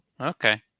okay